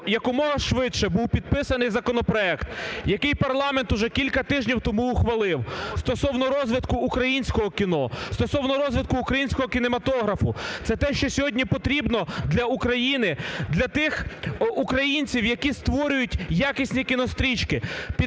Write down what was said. якомога швидше був підписаний законопроект, який парламент уже кілька тижнів тому ухвалив, стосовно розвитку українського кіно, стосовно розвитку українського кінематографу. Це те, що сьогодні потрібно для України, для тих українців, які створюють якісні кінострічки.